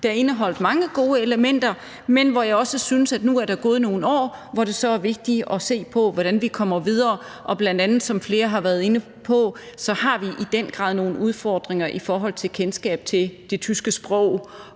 der indeholdt mange gode elementer, men hvor jeg også synes, at der nu er gået nogle år, og så er det vigtigt at se på, hvordan vi kommer videre. Og som flere har været inde på, har vi bl.a. i den grad har nogle udfordringer i forhold til kendskabet til det tyske sprog